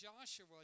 Joshua